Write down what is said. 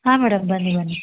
ಹಾಂ ಮೇಡಮ್ ಬನ್ನಿ ಬನ್ನಿ